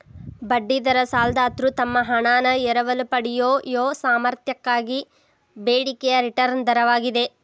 ಬಡ್ಡಿ ದರ ಸಾಲದಾತ್ರು ತಮ್ಮ ಹಣಾನ ಎರವಲು ಪಡೆಯಯೊ ಸಾಮರ್ಥ್ಯಕ್ಕಾಗಿ ಬೇಡಿಕೆಯ ರಿಟರ್ನ್ ದರವಾಗಿದೆ